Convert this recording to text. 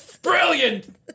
Brilliant